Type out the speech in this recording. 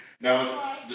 Now